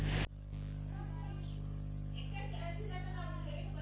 gold loan एक दिन सं छत्तीस महीना धरि लेल भेटै छै